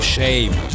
Shame